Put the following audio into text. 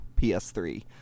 PS3